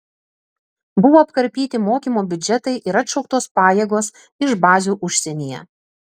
buvo apkarpyti mokymo biudžetai ir atšauktos pajėgos iš bazių užsienyje